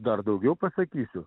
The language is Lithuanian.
dar daugiau pasakysiu